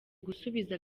gusubiza